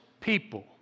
people